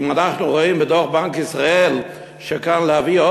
אם אנחנו רואים בדוח בנק ישראל שלהביא כאן